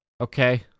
okay